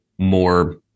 More